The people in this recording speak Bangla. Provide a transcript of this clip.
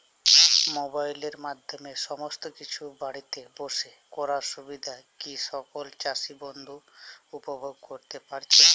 মোবাইলের মাধ্যমে সমস্ত কিছু বাড়িতে বসে করার সুবিধা কি সকল চাষী বন্ধু উপভোগ করতে পারছে?